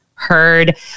Heard